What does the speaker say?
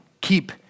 Keep